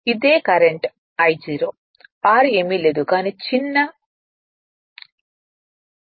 ఇదే current I0 R ఏమీ లేదు కానీ చిన్న r